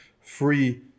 free